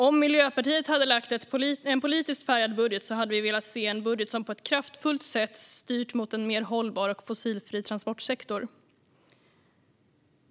Om Miljöpartiet hade lagt en politiskt färgad budget skulle vi ha velat se en budget som på ett kraftfullt sätt styrt mot en mer hållbar och fossilfri transportsektor.